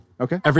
Okay